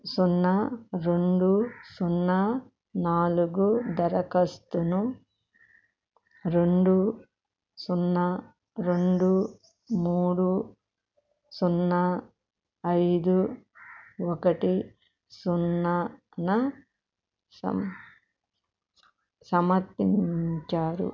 సున్నా రెండు సున్నా నాలుగు దరఖాస్తును రెండు సున్నా రెండు మూడు సున్నా ఐదు ఒకటి సున్నాన సమర్పించారు